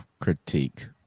critique